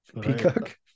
Peacock